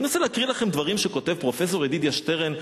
אנסה להקריא לכם דברים שכותב פרופסור ידידיה שטרן,